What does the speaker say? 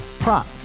Prop